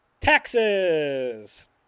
taxes